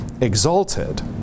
exalted